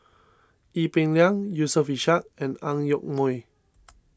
Ee Peng Liang Yusof Ishak and Ang Yoke Mooi